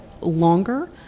longer